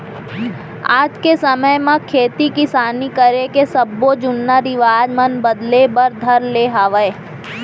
आज के समे म खेती किसानी करे के सब्बो जुन्ना रिवाज मन बदले बर धर ले हवय